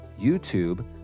YouTube